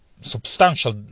substantial